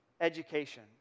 education